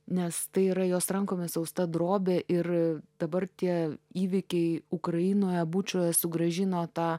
nes tai yra jos rankomis austa drobė ir dabar tie įvykiai ukrainoje bučoje sugrąžino tą